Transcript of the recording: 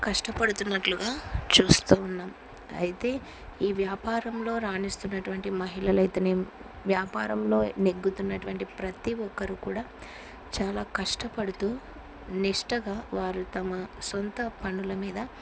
కష్టపడుతున్నట్లుగా చూస్తూ ఉన్నాం అయితే ఈ వ్యాపారంలో రాణిస్తున్నటువంటి మహిళలయితేనే వ్యాపారంలో నెగ్గుతున్నటువంటి ప్రతి ఒక్కరు కూడా చాలా కష్టపడుతూ నిష్టగా వారు తమ సొంత పనుల మీద